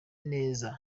neza